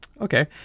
Okay